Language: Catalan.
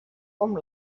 com